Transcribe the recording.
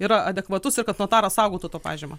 yra adekvatus ir kad notaras saugotų tą pažymą